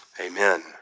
Amen